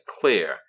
clear